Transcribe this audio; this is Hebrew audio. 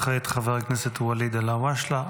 וכעת חבר הכנסת ואליד אלהואשלה,